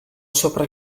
sopra